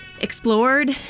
Explored